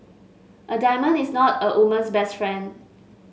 a diamond is not a woman's best friend